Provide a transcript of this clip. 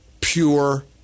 pure